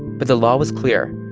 but the law was clear.